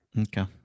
Okay